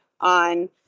on